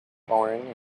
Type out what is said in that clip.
born